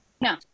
No